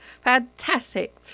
fantastic